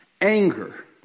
anger